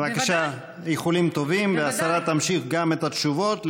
תמשיכי את המלאכה.